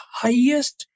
highest